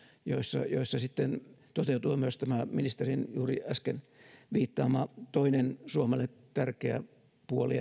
joissa joissa sitten toteutuu myös tämä ministerin juuri äsken viittaama toinen suomelle tärkeä puoli